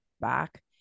back